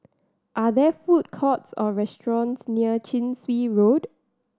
are there food courts or restaurants near Chin Swee Road